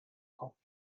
kopf